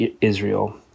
Israel